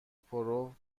پرو